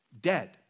dead